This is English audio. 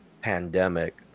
pandemic